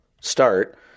start